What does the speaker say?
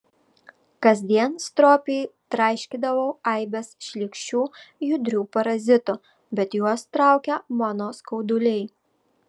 kasdien stropiai traiškydavau aibes šlykščių judrių parazitų bet juos traukė mano skauduliai